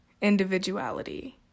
individuality